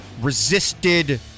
resisted